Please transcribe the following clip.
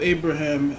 Abraham